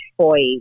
choice